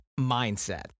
mindset